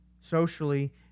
Socially